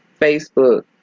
facebook